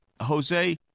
Jose